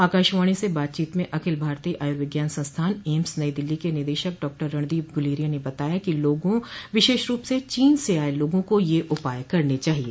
आकाशवाणी से बातचीत में अखिल भारतीय आयुर्विज्ञान संस्थान एम्स नई दिल्ली के निदेशक डॉक्टर रणदीप गुलेरिया ने बताया कि लोगों विशेष रूप से चीन से आए लोगों को ये उपाए करने चाहिए